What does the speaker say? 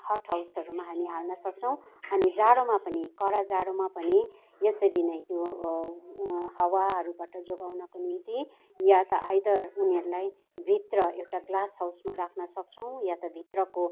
hot हाउसहरूमा हामी हाल्न सक्छौँ अनि जाडोमा पनि कडा जाडोमा पनि यसरी नै त्यो हवाहरूबाट जोगाउनको निम्ति या त आइदर उनीहरूलाई भित्र एउटा ग्लास हाउसमा राख्न सक्छौँ या त भित्रको